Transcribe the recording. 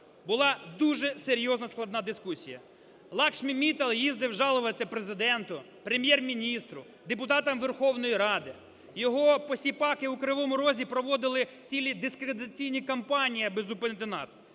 Була дуже серйозна і складна дискусія. Лакшмі Міттал їздив жалуватися Президенту, Прем'єр-міністру, депутатам Верховної Ради, його посіпаки у Кривому Розі проводили цілі дискредитаційні кампанії, аби зупинити